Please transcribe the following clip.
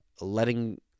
letting